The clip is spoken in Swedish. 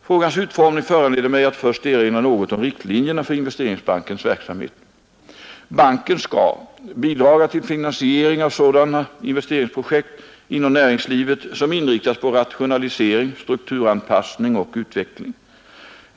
Frågans utformning föranleder mig att först erinra något om riktlinjerna för Investeringsbankens verksamhet. Banken skall bidraga till finansiering av sådana investeringsprojekt inom näringslivet som inriktas på rationalisering, strukturanpassning och utveckling.